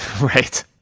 Right